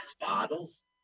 bottles